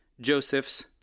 Joseph's